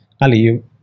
Ali